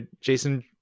Jason